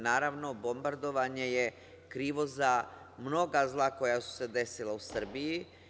Naravno, bombardovanje je krivo za mnogo zla koja su se desila u Srbiji.